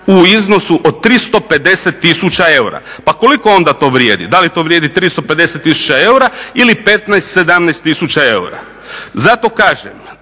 iznosu od 350 tisuća eura. Pa koliko onda to vrijedi. Da li to vrijedi 350 tisuća eura ili 15, 17 tisuća eura? Zato kažem